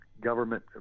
government